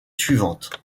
suivantes